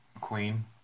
Queen